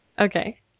Okay